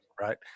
right